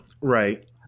Right